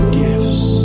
gifts